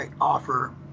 offer